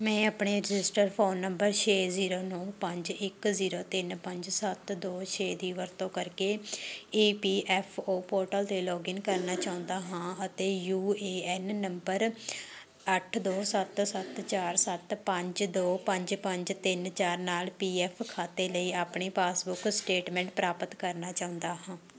ਮੈਂ ਆਪਣੇ registered phone number ਛੇ ਜ਼ੀਰੋ ਨੌ ਪੰਜ ਇੱਕ ਜ਼ੀਰੋ ਤਿੰਨ ਪੰਜ ਸੱਤ ਦੋ ਛੇ ਦੀ ਵਰਤੋਂ ਕਰਕੇ E P F O portal 'ਤੇ ਲੌਗਇਨ ਕਰਨਾ ਚਾਹੁੰਦਾ ਹਾਂ ਅਤੇ ਯੂ ਏ ਐੱਨ ਨੰਬਰ ਅੱਠ ਦੋ ਸੱਤ ਸੱਤ ਚਾਰ ਸੱਤ ਪੰਜ ਦੋ ਪੰਜ ਪੰਜ ਤਿੰਨ ਚਾਰ ਨਾਲ ਪੀਐੱਫ ਖਾਤੇ ਲਈ ਆਪਣੀ ਪਾਸਬੁੱਕ ਸਟੇਟਮੈਂਟ ਪ੍ਰਾਪਤ ਕਰਨਾ ਚਾਹੁੰਦਾ ਹਾਂ